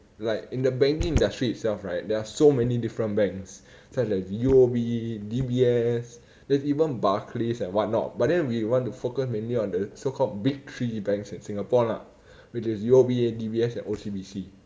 like in the banking industry itself right there are so many different banks such as U_O_B D_B_S there is even barclays and what not but then we want to focus mainly on the so called big three banks in singapore lah which is U_O_B D_B_S and O_C_B_C